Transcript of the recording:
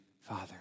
Father